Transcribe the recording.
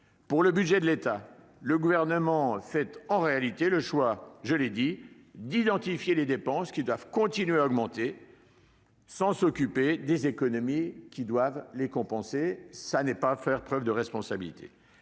le budget de l'État, le Gouvernement fait en réalité le choix d'identifier les dépenses qui doivent continuer à augmenter, sans s'occuper des économies qui devraient les compenser. Ce n'est pas faire preuve de responsabilité.